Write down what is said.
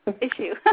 issue